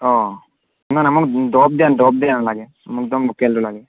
অঁ নাই নাই মোক দৰৱ দিয়া দৰৱ দিয়া নেলাগে মোক একদম লোকেলটো লাগে